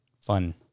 fun